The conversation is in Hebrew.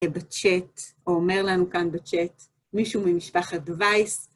בצ'ט, או אומר לנו כאן בצ'ט, מישהו ממשפחת וייס.